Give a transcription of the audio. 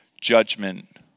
judgment